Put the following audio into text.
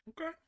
Okay